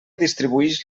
distribuïx